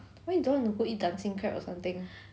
why you don't want to go eat dancing crab or something